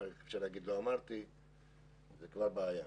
אחר כך יכולים לומר לא אמרתי וזאת בעיה.